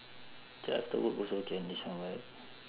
actually after work also can listen [what]